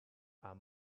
are